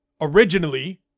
Originally